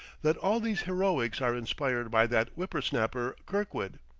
that all these heroics are inspired by that whipper-snapper, kirkwood.